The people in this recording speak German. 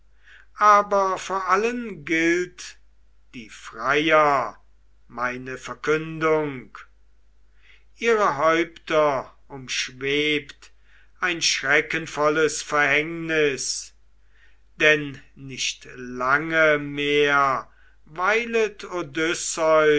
aber vor allen gilt die freier meine verkündung ihre häupter umschwebt ein schreckenvolles verhängnis denn nicht lange mehr weilet